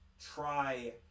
try